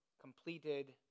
completed